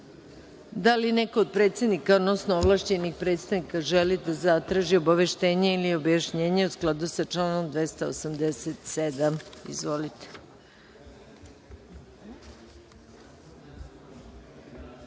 li neko od predsednika, odnosno ovlašćenih predstavnika želi da zatraži obaveštenje ili objašnjenje u skladu sa članom 287?Reč